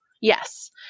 Yes